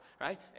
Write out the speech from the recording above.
right